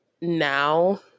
now